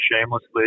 shamelessly